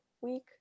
week